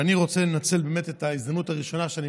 אני רוצה לנצל באמת את ההזדמנות הראשונה שבה אני